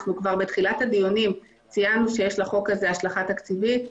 כבר בתחילת הדיונים ציינו שיש לחוק הזה השלכה תקציבית,